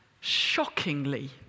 shockingly